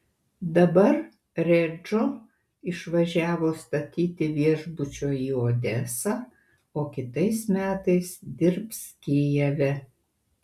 dabar redžo išvažiavo statyti viešbučio į odesą o kitais metais dirbs kijeve